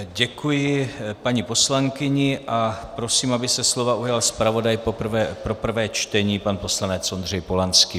Děkuji paní poslankyni a prosím, aby se slova ujal zpravodaj pro prvé čtení pan poslanec Ondřej Polanský.